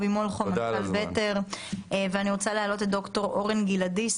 אני רוצה להעלות את ד"ר אורן גלעדי,